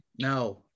No